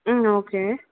ம் ஓகே